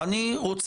זה